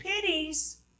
pities